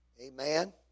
Amen